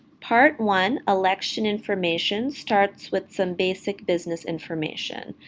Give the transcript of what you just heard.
part one election information starts with some basic business information,